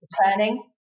returning